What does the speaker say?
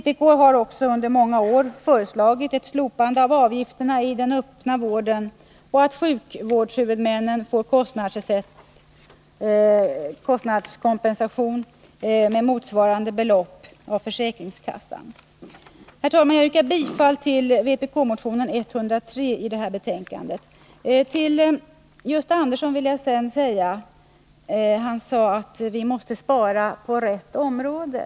Vpk har också under många år föreslagit ett slopande av avgifterna i den öppna vården och att sjukvårdshuvudmännen får kostnadskompensation med motsvarande belopp av försäkringskassan. Herr talman! Jag yrkar bifall till vpk-motionen 103, som behandlas i det här betänkandet. Gösta Andersson sade att det är nödvändigt att vi spar på rätt område.